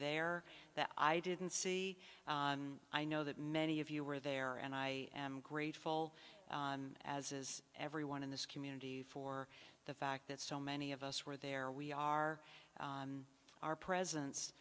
there that i didn't see i know that many of you were there and i am grateful as is everyone in this community for the fact that so many of us were there we are our presence